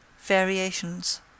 variations